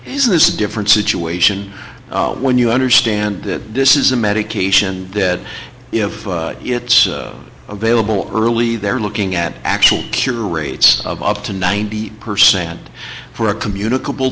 this a different situation when you understand that this is a medication that if it's available early they're looking at actual cure rates of up to ninety percent for a communicable